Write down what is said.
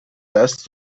دست